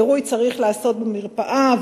עירוי צריך לעשות במרפאה,